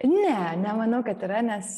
ne nemanau kad yra nes